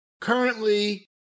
currently